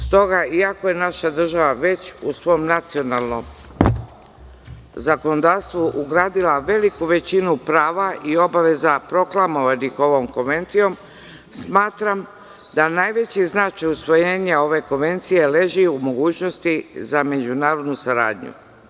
Stoga, iako je naša država već u svom nacionalnom zakonodavstvu ugradila veliku većinu prava i obaveza proklamovanih ovom konvencijom, smatram da najveći značaj usvojenja ove konvencije leži u mogućnosti za međunarodnu saradnju.